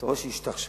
אתה רואה שהיא השתרשה